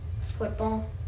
football